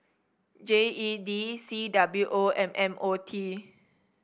G E D C W O and M O T